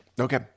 Okay